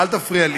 אל תפריע לי.